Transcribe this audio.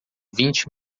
vinte